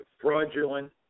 fraudulent